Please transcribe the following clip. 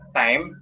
time